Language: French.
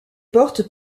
portes